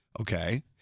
Okay